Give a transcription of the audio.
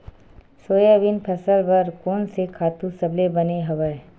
Soybean फसल बर कोन से खातु सबले बने हवय?